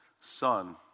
Son